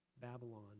Babylon